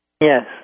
Yes